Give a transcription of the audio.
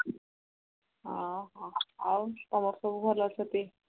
ହଁ ହଁ ଆଉ ତମର ସବୁ ଭଲ ଅଛନ୍ତି